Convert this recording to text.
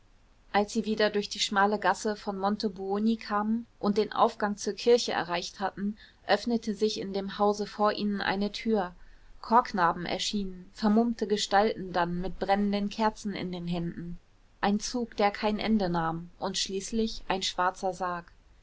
als sie wieder durch die schmale gasse von montebuoni kamen und den aufgang zur kirche erreicht hatten öffnete sich in dem hause vor ihnen eine tür chorknaben erschienen vermummte gestalten dann mit brennenden kerzen in den händen ein zug der kein ende nahm und schließlich ein schwarzer sarg